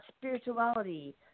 spirituality